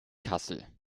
kassel